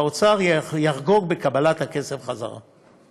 והאוצר יחגוג בקבלת הכסף בחזרה.